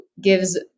gives